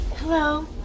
hello